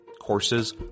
Courses